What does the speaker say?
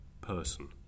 person